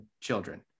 children